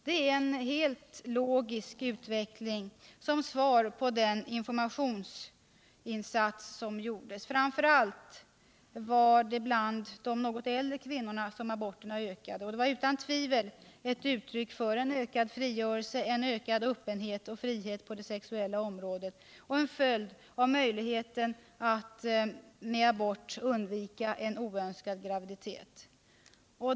Det är en helt logisk utveckling som svar på den informationsinsats som gjordes. Framför allt var det bland de något äldre kvinnorna som aborterna ökade och det var utan tvivel ett uttryck för en ökad frigörelse, en ökad öppenhet och frihet på det sexuella området och en följd av möjligheten att med abort undvika en oönskad graviditet.